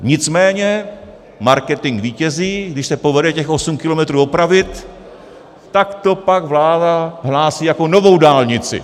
Nicméně marketing vítězí, když se povede těch osm kilometrů opravit, tak to pak vláda hlásí jako novou dálnici.